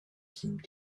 seemed